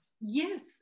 yes